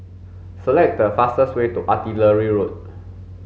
select the fastest way to Artillery Road